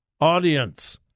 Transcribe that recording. audience